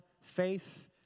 faith